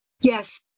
Yes